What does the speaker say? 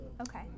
Okay